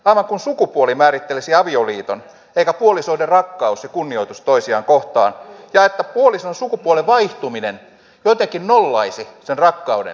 aivan kuin sukupuoli määrittelisi avioliiton eikä puolisoiden rakkaus ja kunnioitus toisiaan kohtaan ja puolison sukupuolen vaihtuminen jotenkin nollaisi sen rakkauden ja kunnioituksen